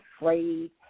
afraid